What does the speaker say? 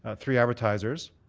ah three advertisers.